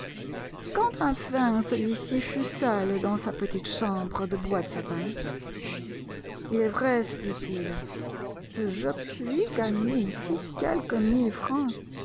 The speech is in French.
quand enfin celui-ci fut seul dans sa petite chambre de bois de sapin il est vrai se dit-il je puis gagner ici quelques mille francs